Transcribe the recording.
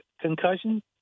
concussion